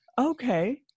okay